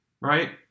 right